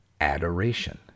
adoration